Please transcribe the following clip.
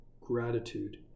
gratitude